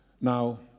Now